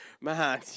man